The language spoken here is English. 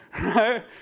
Right